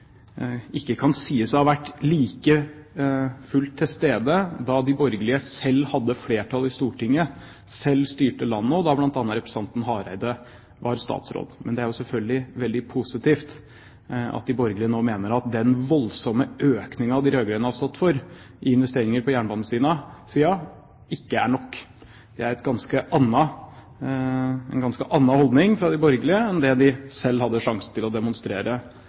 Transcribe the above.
ikke kan sies å ha vært like mye til stede da de borgerlige selv hadde flertall i Stortinget, da de selv styrte landet og representanten Hareide var statsråd. Men det er selvfølgelig veldig positivt at de borgerlige nå mener at den voldsomme økningen de rød-grønne har stått for i investeringer på jernbanesiden, ikke er nok. Det er en ganske annen holdning fra de borgerliges side enn det de selv hadde sjansen til å demonstrere